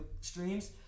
streams